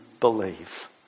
believe